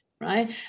right